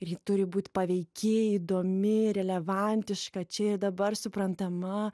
ir ji turi būt paveiki įdomi relevantiška čia ir dabar suprantama